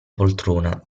poltrona